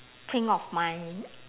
think of my